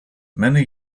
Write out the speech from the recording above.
many